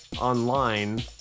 online